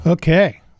Okay